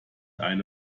eine